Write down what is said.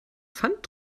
pfand